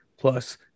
Plus